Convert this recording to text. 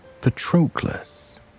Patroclus